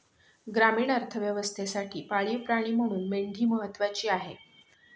ग्रामीण अर्थव्यवस्थेसाठी पाळीव प्राणी म्हणून मेंढी महत्त्वाची आहे